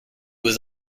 was